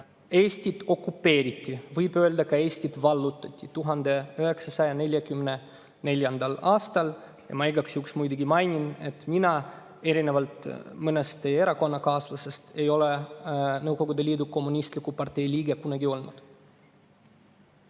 Eesti okupeeriti, võib öelda ka, et Eesti vallutati 1944. aastal. Ma igaks juhuks mainin, et mina, erinevalt mõnest teie erakonnakaaslasest, ei ole Nõukogude Liidu Kommunistliku Partei liige kunagi olnud.